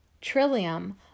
Trillium